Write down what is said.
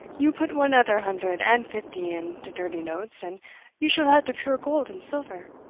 you put one other hundred and fifty in de dirty notes, and you shall have de pure gold and silver,